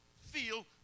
feel